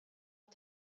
att